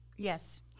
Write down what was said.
yes